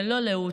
ללא לאות,